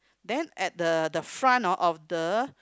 then at the the front orh of the